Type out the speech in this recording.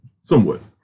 Somewhat